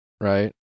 right